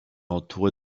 entouré